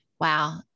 Wow